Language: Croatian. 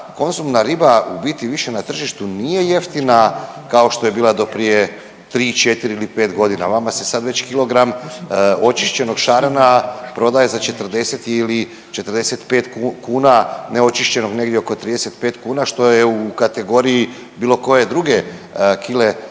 konzumna riba u biti više na tržištu nije jeftina kao što je bila do prije tri, četiri ili pet godina. Vama se sad već kilogram očišćenog šarana prodaje za 40 ili 45 kuna neočišćenog negdje oko 35 kuna što je u kategoriji bilo koje druge kile